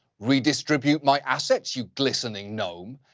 redistribute my assets, you glistening gnome.